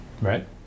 Right